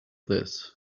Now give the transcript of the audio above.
this